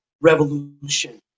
revolution